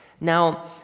Now